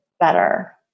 better